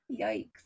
yikes